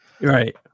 Right